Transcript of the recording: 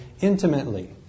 Intimately